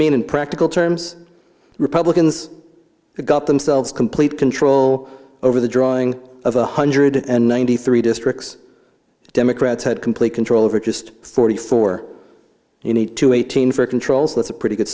mean in practical terms republicans got themselves complete control over the drawing of a hundred and ninety three districts democrats had complete control over just forty four you need to eighteen for controls that's a pretty good